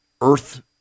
earth